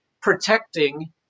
protecting